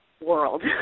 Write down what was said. world